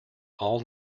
all